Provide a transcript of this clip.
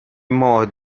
more